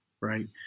right